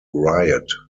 riot